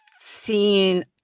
seen